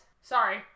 Sorry